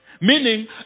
Meaning